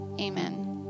Amen